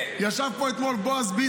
כי יש לי הכרת הטוב לבן אדם